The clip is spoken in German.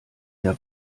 der